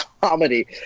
comedy